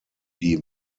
die